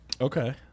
okay